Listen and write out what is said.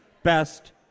Best